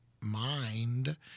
mind